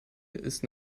ist